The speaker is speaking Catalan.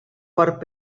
port